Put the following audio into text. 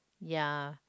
ya